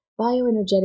bioenergetic